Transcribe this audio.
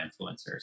influencers